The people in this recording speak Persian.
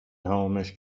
تمومش